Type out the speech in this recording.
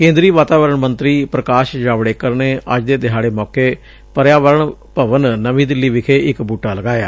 ਕੇਂਦਰੀ ਵਾਤਾਵਰਣ ਮੰਤਰੀ ਪ੍ਰਕਾਸ਼ ਜਾਵਡੇਕਰ ਨੇ ਅੱਜ ਦੇ ਦਿਹਾੜੇ ਮੌਕੇ ਪਰਿਆਵਰਣ ਭਵਨ ਨਵੀਂ ਦਿੱਲੀ ਵਿਖੇ ਇਕ ਬੂਟਾ ਲਗਾਇਆ